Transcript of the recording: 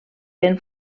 ben